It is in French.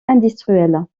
industrielle